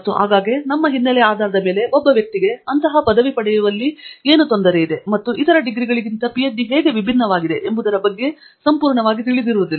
ಮತ್ತು ಆಗಾಗ್ಗೆ ನಮ್ಮ ಹಿನ್ನಲೆಯ ಆಧಾರದ ಮೇಲೆ ಒಬ್ಬ ವ್ಯಕ್ತಿಗೆ ಅಂತಹ ಪದವಿ ಪಡೆಯುವಲ್ಲಿ ಏನು ತೊಡಕಿದೆ ಮತ್ತು ಇತರ ಡಿಗ್ರಿಗಳಿಂದ ಹೇಗೆ ವಿಭಿನ್ನವಾಗಿದೆ ಎಂಬುದರ ಬಗ್ಗೆ ಸಂಪೂರ್ಣವಾಗಿ ತಿಳಿದಿರುವುದಿಲ್ಲ